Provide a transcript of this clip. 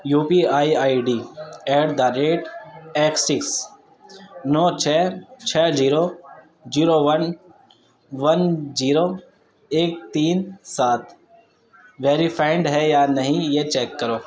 you P I I D at the rate eight six نو چھ چھ zero zero one one zero ایک تین سات ویریفائنڈ ہے یا نہیں یہ چیک کرو